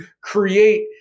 create